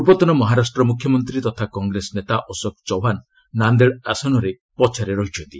ପୂର୍ବତନ ମହାରାଷ୍ଟ୍ର ମୁଖ୍ୟମନ୍ତ୍ରୀ ତଥା କଂଗ୍ରେସ ନେତା ଅଶୋକ ଚୌହାନ୍ ନାନ୍ଦେଡ୍ ଆସନରେ ପଛରେ ଅଛନ୍ତି